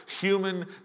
human